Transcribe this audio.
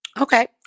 Okay